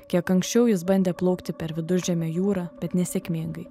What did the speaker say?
kiek anksčiau jis bandė plaukti per viduržemio jūrą bet nesėkmingai